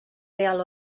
real